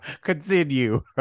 Continue